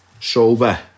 sober